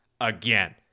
again